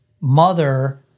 mother